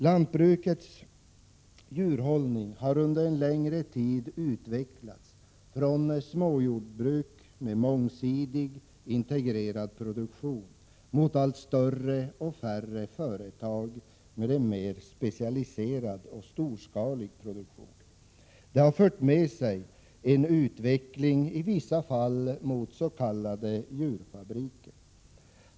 Lantbrukets djurhållning har under en längre tid utvecklats från småjordbruk med mångsidig integrerad produktion mot allt större och färre företag med en mer specialiserad och storskalig produktion. Det har i vissa fall fört med sig en utveckling mot s.k. djurfabriker.